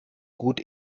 gut